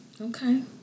Okay